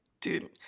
dude